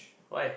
why